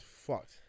fucked